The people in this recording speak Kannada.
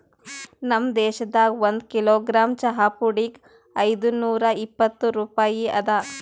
ನಮ್ ದೇಶದಾಗ್ ಒಂದು ಕಿಲೋಗ್ರಾಮ್ ಚಹಾ ಪುಡಿಗ್ ಐದು ನೂರಾ ಇಪ್ಪತ್ತು ರೂಪಾಯಿ ಅದಾ